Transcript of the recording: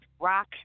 rock